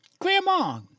Grandma